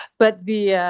but the yeah